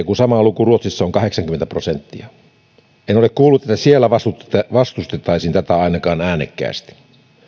kun sama luku ruotsissa on kahdeksankymmentä prosenttia en ole kuullut että siellä vastustettaisiin vastustettaisiin tätä ainakaan äänekkäästi